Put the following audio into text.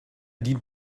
dient